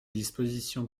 dispositions